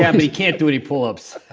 yeah. but he can't do any pull-ups.